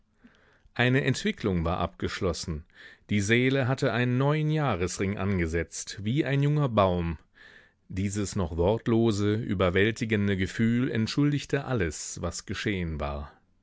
eine entwicklung war abgeschlossen die seele hatte einen neuen jahresring angesetzt wie ein junger baum dieses noch wortlose überwältigende gefühl entschuldigte alles was geschehen war